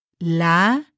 la